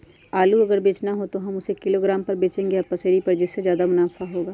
आलू अगर बेचना हो तो हम उससे किलोग्राम पर बचेंगे या पसेरी पर जिससे ज्यादा मुनाफा होगा?